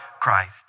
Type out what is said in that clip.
Christ